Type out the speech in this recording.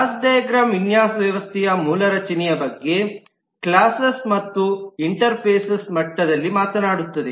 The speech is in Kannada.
ಕ್ಲಾಸ್ ಡೈಗ್ರಾಮ್class diagram ವಿನ್ಯಾಸ ವ್ಯವಸ್ಥೆಯ ಮೂಲ ರಚನೆಯ ಬಗ್ಗೆ ಕ್ಲಾಸೆಸ್ ಮತ್ತು ಇಂಟೆರ್ಫ್ಯಾಕ್ಸ್ ಮಟ್ಟದಲ್ಲಿ ಮಾತನಾಡುತ್ತದೆ